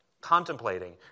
contemplating